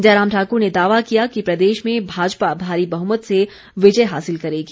जयराम ठाक्र ने दावा किया कि प्रदेश में भाजपा भारी बहुमत से विजय हासिल करेगी